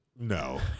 No